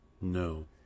No